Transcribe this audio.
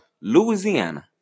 Louisiana